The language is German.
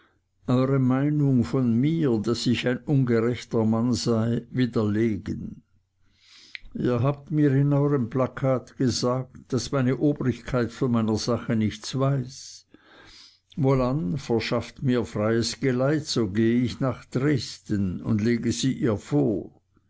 eure meinung von mir daß ich ein ungerechter mann sei widerlegen ihr habt mir in eurem plakat gesagt daß meine obrigkeit von meiner sache nichts weiß wohlan verschafft mir freies geleit so gehe ich nach dresden und lege sie ihr vor